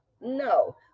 no